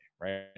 right